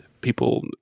People